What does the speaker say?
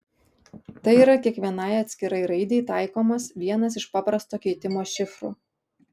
tai yra kiekvienai atskirai raidei taikomas vienas iš paprasto keitimo šifrų